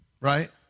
Right